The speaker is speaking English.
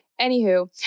Anywho